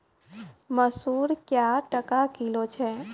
मसूर क्या टका किलो छ?